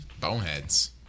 Boneheads